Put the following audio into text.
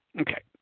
Okay